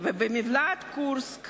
ובמובלעת קורסק